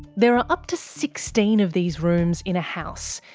there are up to sixteen of these rooms in a house,